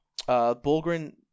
Bulgren